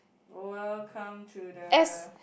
welcome to the